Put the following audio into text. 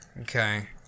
Okay